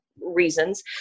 Reasons